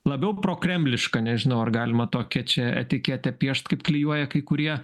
labiau prokremliška nežinau ar galima tokią čia etiketę piešt kaip klijuoja kai kurie